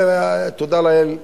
ותודה לאל,